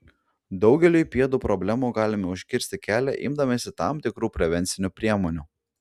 daugeliui pėdų problemų galime užkirsti kelią imdamiesi tam tikrų prevencinių priemonių